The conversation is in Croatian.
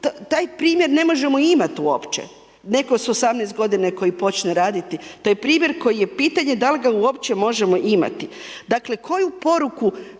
taj primjer ne možemo imat uopće, neko s 18 godina koji počne raditi, to je primjer da li ga uopće možemo imati. Dakle, koju poruku